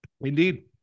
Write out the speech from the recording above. Indeed